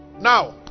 now